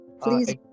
Please